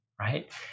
right